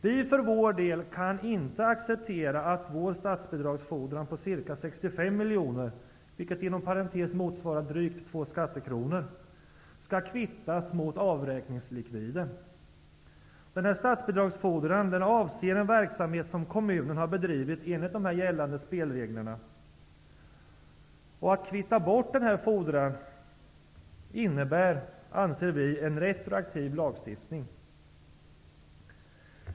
Vi kan för vår del inte acceptera att vår statsbidragsfordran om ca 65 miljoner, vilket inom parentes sagt motsvarar drygt 2 skattekronor, skall kvittas mot avräkningslikviden. Denna statsbidragsfordran avser en verksamhet som kommunen har bedrivit enligt gällande spelregler, och vi anser att en regel om bortkvittning av en sådan fordran innebär en retroaktiv lagstiftning.